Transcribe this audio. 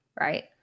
right